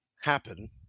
happen